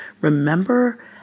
remember